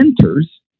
centers